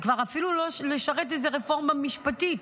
זה כבר אפילו לא לשרת איזו רפורמה משפטית,